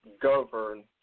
govern